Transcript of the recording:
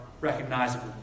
recognizable